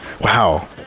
wow